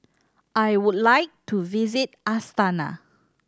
I would like to visit Astana